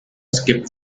skip